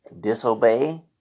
disobey